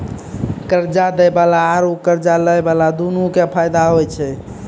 कर्जा दै बाला आरू कर्जा लै बाला दुनू के फायदा होय छै